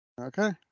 Okay